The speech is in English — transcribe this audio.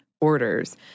orders